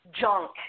junk